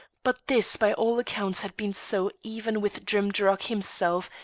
but this by all accounts had been so even with drimdarroch himself,